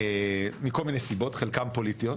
מכל מיני סיבות, חלקן פוליטיות,